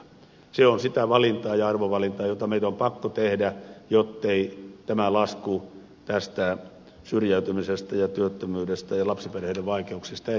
se on sitä valintaa ja arvovalintaa jota meidän on pakko tehdä jottei lasku tästä syrjäytymisestä ja työttömyydestä ja lapsiperheiden vaikeuksista kärjisty